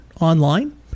online